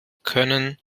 können